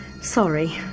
Sorry